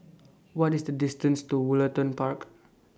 What IS The distance to Woollerton Park